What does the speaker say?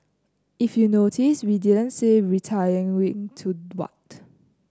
if you notice we didn't say retiring to what